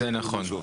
זה נכון.